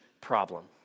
problem